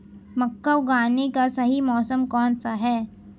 मक्का उगाने का सही मौसम कौनसा है?